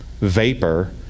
vapor